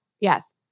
Yes